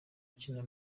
ukina